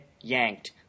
yanked